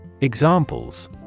Examples